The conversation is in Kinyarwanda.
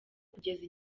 kugeza